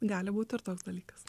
gali būti ir toks dalykas